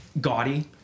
gaudy